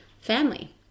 family